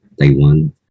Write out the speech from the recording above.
Taiwan